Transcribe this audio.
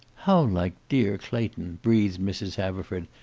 how like dear clayton! breathed mrs. haverford,